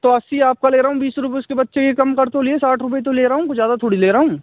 तो अस्सी आपका ले रहा हूँ बीस रुपए उसके बच्चे के कम कर तो लिए साठ रुपए ही तो ले रहा हूँ कोई ज़्यादा थोड़े ले रहा हूँ